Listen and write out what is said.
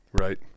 right